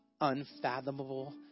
unfathomable